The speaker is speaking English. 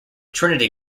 trinity